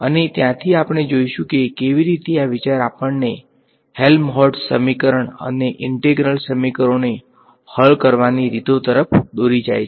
અને ત્યાંથી આપણે જોઈશું કે કેવી રીતે આ વિચાર આપણને હેલ્મહોલ્ટ્ઝ સમીકરણ અને ઈંટેગ્રલ સમીકરણોને હલ કરવાની રીતો તરફ દોરી જાય છે